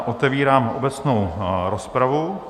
Otevírám obecnou rozpravu.